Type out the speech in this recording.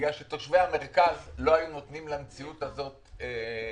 תושבי המרכז לא היו נותנים למציאות הזו להיות.